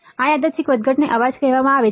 આ યાદચ્છિક વધઘટને અવાજ કહેવામાં આવે છે